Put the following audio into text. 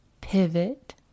pivot